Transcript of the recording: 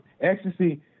ecstasy